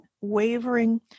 wavering